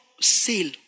sale